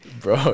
Bro